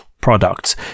products